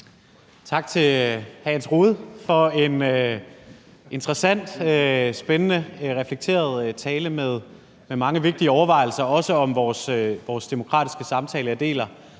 Tak til hr. Jens Rohde for en interessant, spændende, reflekteret tale med mange vigtige overvejelser, også om vores demokratiske samtale. Jeg